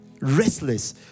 Restless